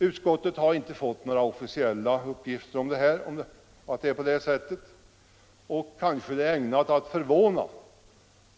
Utskottet har inte fått några officiella uppgifter om att det förhåller sig på det sättet.